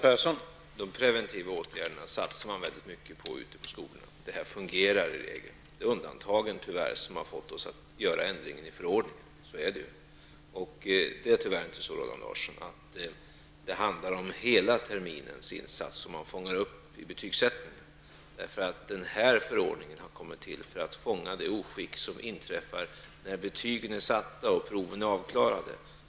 Herr talman! De preventiva åtgärderna satsar man mycket på ute på skolorna, och i regel fungerar de. Det är undantagen som tvingat oss att göra ändringen i förordningen. Det är tyvärr, Roland Larsson, inte hela terminens insats som man fångar upp i betygsättningen. Den här förordningen har kommit till för att fånga upp det oskick som inträffar när proven är avklarade och betygen är satta.